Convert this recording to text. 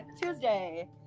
Tuesday